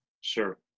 sure